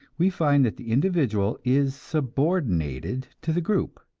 we find that the individual is subordinated to the group,